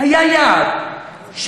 היה יעד,